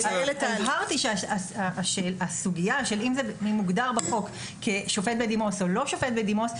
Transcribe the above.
הבהרתי שהסוגייה של אם זה מוגדר בחוק כשופט בדימוס או לא שופט בדימוס,